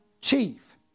chief